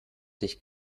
dich